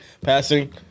passing